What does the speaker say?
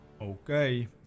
Okay